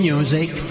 Music